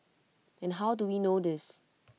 and how do we know this